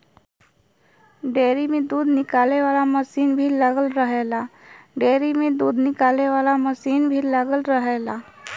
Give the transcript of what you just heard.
dairy में दूध निकाले वाला मसीन भी लगल रहेला